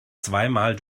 zweimal